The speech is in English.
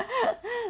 but